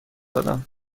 دادم